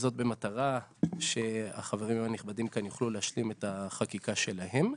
וזאת במטרה שהחברים הנכבדים כאן יוכלו להשלים את החקיקה שלהם.